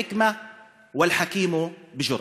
היה שלום, מדינאי אמיץ בחוכמה וחכם באומץ.)